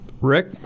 Rick